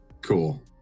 cool